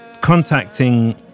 contacting